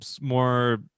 more